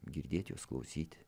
girdėt juos klausyt